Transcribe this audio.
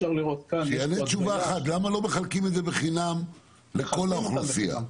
אבל שיענה תשובה אחת: למה לא מחלקים את זה בחינם לכל האוכלוסייה?